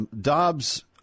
Dobbs